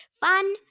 Fun